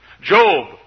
Job